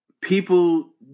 people